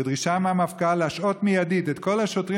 ודרישה מהמפכ"ל להשעות מיידית את כל השוטרים